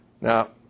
Now